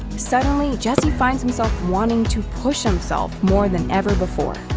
suddenly, jesse finds himself wanting to push himself more than ever before.